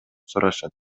сурашат